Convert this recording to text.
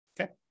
Okay